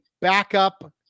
backup